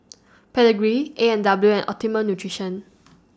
Pedigree A and W and Optimum Nutrition